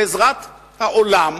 בעזרת העולם,